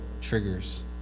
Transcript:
triggers